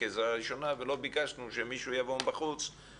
עזרה ראשונה ולא ביקשנו שמישהו יבוא מבחוץ,